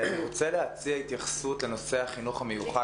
אני רוצה להציע התייחסות לנושא החינוך המיוחד